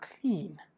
clean